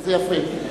וזה יפה.